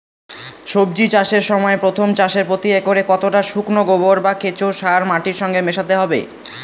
সবজি চাষের সময় প্রথম চাষে প্রতি একরে কতটা শুকনো গোবর বা কেঁচো সার মাটির সঙ্গে মেশাতে হবে?